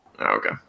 Okay